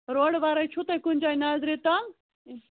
روڈٕ ورٲے چھُو تۄہہِ کُنۍ جایہِ نَظرِ تَل